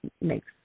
makes